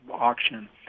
auction